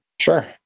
Sure